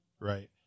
right